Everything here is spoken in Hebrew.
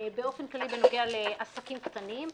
באופן כללי בנוגע לעסקים קטנים,